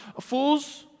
fools